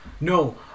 No